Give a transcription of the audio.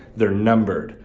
they're numbered.